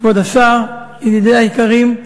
כבוד השר, ידידי היקרים,